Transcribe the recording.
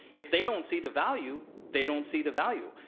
if they don't see the value, they don't see the value.